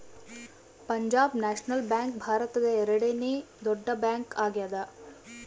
Punjab national bank ಭಾರತದ ಎರಡನೆ ದೊಡ್ಡ ಬ್ಯಾಂಕ್ ಆಗ್ಯಾದ